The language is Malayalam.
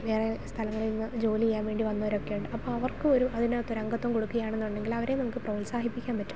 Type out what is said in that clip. വേറെ സ്ഥലങ്ങളിൽ നിന്ന് ജോലി ചെയ്യാൻ വേണ്ടി വന്നവർ ഒക്കെ ഉണ്ട് അപ്പോൾ അവർക്ക് ഒരു അതിനകത്ത് ഒരു അംഗത്വം കൊടുക്കുക ആണെന്നുണ്ടെങ്കിൽ അവരെ നമുക്ക് പ്രോത്സാഹിപ്പിക്കാൻ പറ്റും